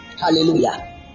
Hallelujah